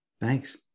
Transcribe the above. Thanks